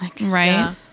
Right